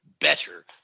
better